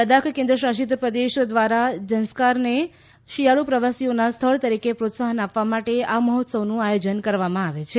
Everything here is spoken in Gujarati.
લદાખ કેન્દ્ર્શાસીત પ્રદેશ દ્વારા ઝંસ્કારને શિયાળુ પ્રવાસીઓના સ્થળ તરીકે પ્રોત્સાહન આપવા માટે મહોત્સવનું આયોજન કરવામાં આવી રહ્યું છે